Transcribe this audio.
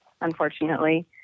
unfortunately